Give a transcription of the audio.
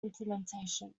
implementation